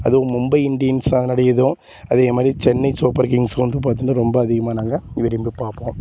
அதுவும் மும்பை இண்டியன்ஸு அதனோடு இதுவும் அதே மாதிரி சென்னை சூப்பர் கிங்ஸும் வந்து பார்த்தினா ரொம்ப அதிகமாக நாங்கள் விரும்பி பார்ப்போம்